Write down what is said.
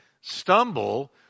stumble